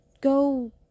go